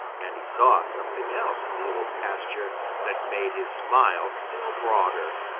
and he saw something else in the old pasture that made his smile still broader.